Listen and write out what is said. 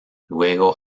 luego